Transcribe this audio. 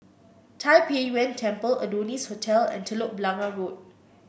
Tai Pei Yuen Temple Adonis Hotel and Telok Blangah Road